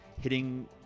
hitting